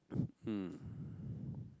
mm